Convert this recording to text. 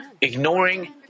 ignoring